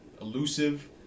Elusive